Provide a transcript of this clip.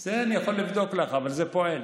את זה אני יכול לבדוק לך, אבל זה פועל.